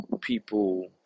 people